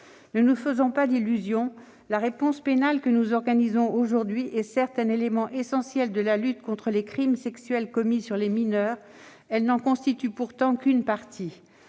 Ne nous faisons pas d'illusions : la réponse pénale que nous organisons aujourd'hui est certes un élément essentiel de la lutte contre les crimes sexuels commis sur les mineurs, mais elle n'en constitue qu'une partie.